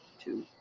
two